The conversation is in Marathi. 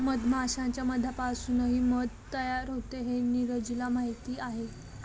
मधमाश्यांच्या मधापासूनही मध तयार होते हे नीरजला माहीत आहे